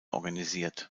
organisiert